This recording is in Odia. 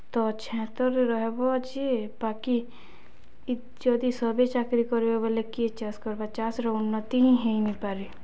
ତ ଛାଏ ତଲେ ରହେବ ଯେ ବାକି ଇ ଯଦି ସଭେ ଚାକ୍ରି କର୍ବେ ବଏଲେ କେ ଚାଷ୍ କର୍ବା ଚାଷ୍ର ଉନ୍ନତି ହିଁ ହେଇନିପାରେ